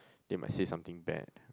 they might say something bad